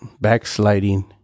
backsliding